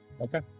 Okay